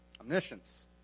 Omniscience